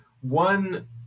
One